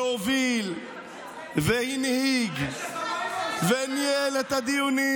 שהוביל והנהיג וניהל את הדיונים,